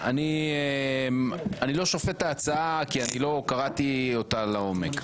אני לא שופט את ההצעה, כי לא קראתי אותה לעומק.